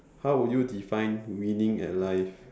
how would you define winning at life